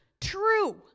true